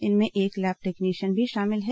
इनमें एक lab technician भी शामिल है